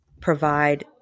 provide